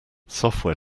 software